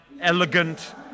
elegant